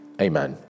Amen